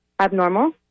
abnormal